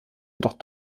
jedoch